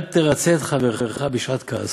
אל תרַצה את חברך בשעת כעסו,